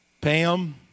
Pam